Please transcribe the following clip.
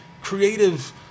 creative